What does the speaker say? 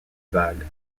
vague